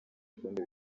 ibikombe